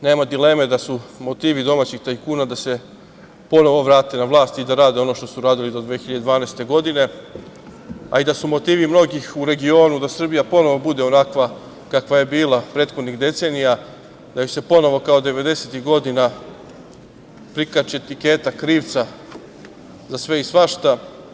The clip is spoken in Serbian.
Nema dileme da su motivi domaćih tajkuna da se ponovo vrate na vlast i da rade ono što su radili do 2012. godine, a i da su motivi mnogih u regionu da Srbija ponovo bude onakva kakva je bila prethodnih decenija, da joj se ponovo kao 90-ih godina prikači etiketa krivca za sve i svašta.